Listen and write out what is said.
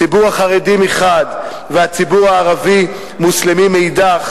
הציבור החרדי מחד והציבור הערבי המוסלמי מאידך,